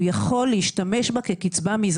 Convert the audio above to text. היה לנו נתק של הרבה שנים.